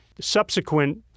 subsequent